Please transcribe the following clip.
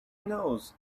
knows